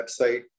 website